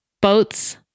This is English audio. Boats